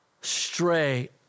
stray